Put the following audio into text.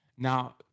Now